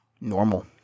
normal